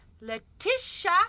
Letitia